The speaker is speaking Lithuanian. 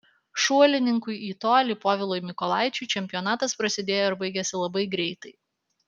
šuolininkui į tolį povilui mykolaičiui čempionatas prasidėjo ir baigėsi labai greitai